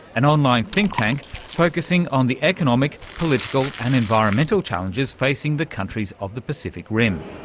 an online think-tank focussing on the economic, political and environmental challenges facing the countries of the pacific rim.